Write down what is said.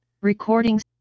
Recordings